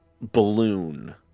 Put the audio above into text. balloon